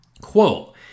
quote